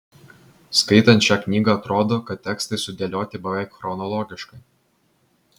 skaitant šią knygą atrodo kad tekstai sudėlioti beveik chronologiškai